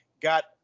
got